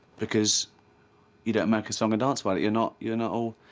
because you don't make a song and dance about it. you're not you know